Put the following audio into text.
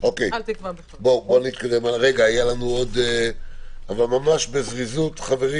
אז אתה נותן עוד יתרון לעורכי הדין פה שייצגו